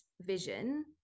vision